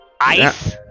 ice